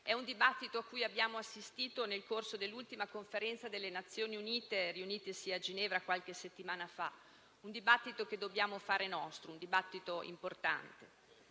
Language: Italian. di un dibattito al quale abbiamo assistito nel corso dell'ultima conferenza delle Nazioni Unite, riunitesi a Ginevra qualche settimana fa, e che dobbiamo fare nostro, perché è importante.